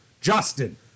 Justin